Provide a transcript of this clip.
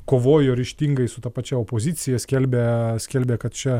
kovojo ryžtingai su ta pačia opozicija skelbė skelbė kad čia